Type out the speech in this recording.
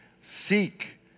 Seek